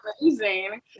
amazing